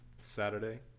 Saturday